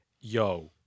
yo